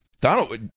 Donald